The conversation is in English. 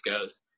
goes